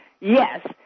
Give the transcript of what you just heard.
yes